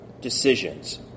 decisions